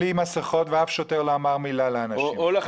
בלי מסכות ואף שוטר לא אמר מילה לאנשים.